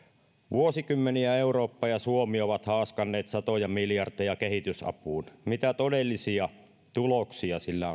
vuosikymmeniä eurooppa ja suomi ovat haaskanneet satoja miljardeja kehitysapuun mitä todellisia tuloksia sillä